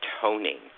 toning